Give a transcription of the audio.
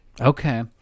Okay